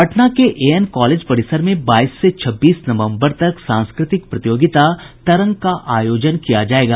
पटना के A N college परिसर में बाईस से छब्बीस नवम्बर तक सांस्कृतिक प्रतियोगिता तरंग का आयोजन किया जायेगा